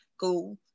go